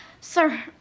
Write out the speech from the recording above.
Sir